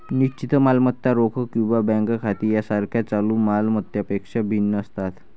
निश्चित मालमत्ता रोख किंवा बँक खाती यासारख्या चालू माल मत्तांपेक्षा भिन्न असतात